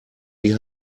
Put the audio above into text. die